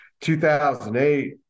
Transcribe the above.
2008